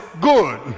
good